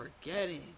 forgetting